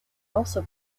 also